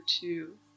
two